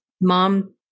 Mom